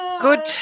Good